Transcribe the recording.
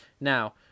Now